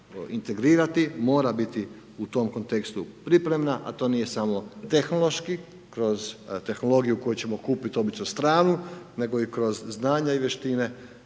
integrirati, mora biti u tom kontekstu pripremna, a to nije samo tehnološki, kroz tehnologiju koju ćemo kupiti, obično stranu, nego i kroz znanja i vještine